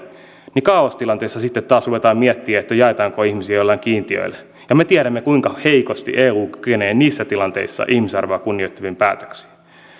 silloin kaaostilanteessa sitten taas ruvetaan miettimään jaetaanko ihmisiä joillain kiintiöillä ja me tiedämme kuinka heikosti eu kykenee niissä tilanteissa ihmisarvoa kunnioittaviin päätöksiin